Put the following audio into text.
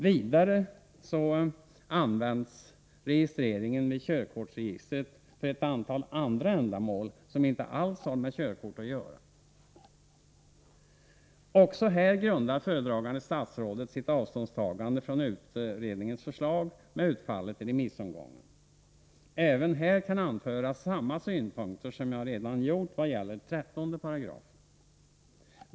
Vidare används registreringen vid körkortsregistret för ett antal andra ändamål, som inte alls har med körkort att göra. Också här grundar föredragande statsrådet sitt avståndstagande från utredningens förslag på utfallet i remissomgången. Även här kan anföras samma synpunkter som jag redan anfört vad gäller 13 §.